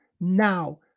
now